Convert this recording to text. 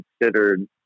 considered